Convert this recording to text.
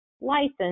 license